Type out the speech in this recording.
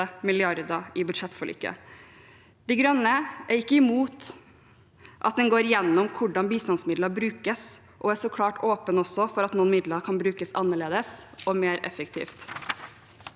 mrd. kr i budsjettforliket. De Grønne er ikke imot at en går gjennom hvordan bistandsmidler brukes, og vi er så klart åpne for at noen midler kan brukes annerledes og mer effektivt,